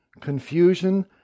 confusion